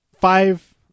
five